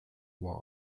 were